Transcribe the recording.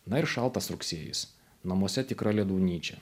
na ir šaltas rugsėjis namuose tikra ledaunyčia